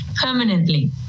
permanently